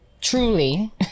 truly